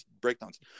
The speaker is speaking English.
breakdowns